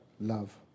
love